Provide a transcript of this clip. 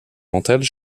mentales